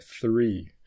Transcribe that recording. three